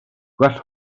gwell